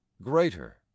greater